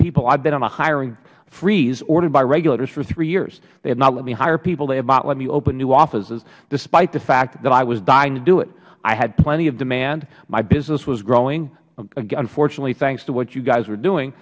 people i have been in a hiring freeze ordered by regulators for three years they will not let me hire people they will not let me open new offices despite the fact that i was dying to do it i had plenty of demand my business was growing unfortunately thanks to what you guys were doing